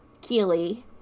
Keely